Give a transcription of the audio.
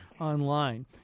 online